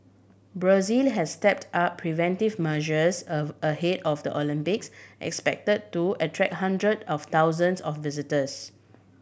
Brazil has stepped up preventive measures ahead of the Olympics expect to attract hundred of thousands of visitors